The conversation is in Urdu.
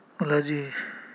جی